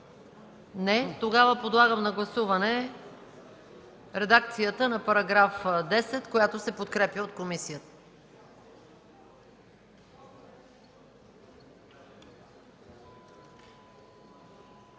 Не. Подлагам на гласуване редакцията на § 10, която се подкрепя от комисията.